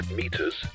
meters